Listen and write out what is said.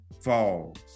falls